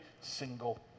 single